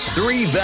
Three